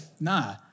nah